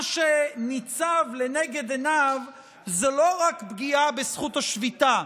מה שניצב לנגד עיניו זה לא רק פגיעה בזכות השביתה,